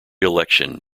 election